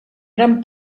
gran